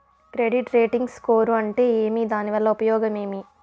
Credit rating score అంటే ఏమి దాని వల్ల ఉపయోగం ఏమి?